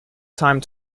time